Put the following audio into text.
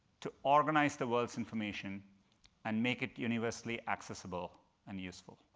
to organize the world's information and make it universally accessible and useful.